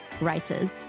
writers